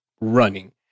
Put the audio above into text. running